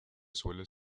suelen